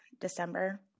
December